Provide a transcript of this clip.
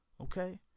Okay